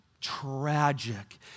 tragic